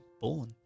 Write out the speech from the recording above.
born